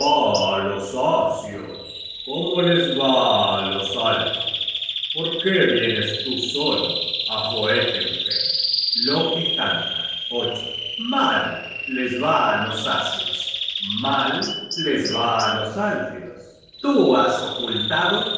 los asios cómo les va á los alfios por qué vienes tú solo á joetenhem loke canta mal les va á los asios mal les va á los alfios tú has ocultado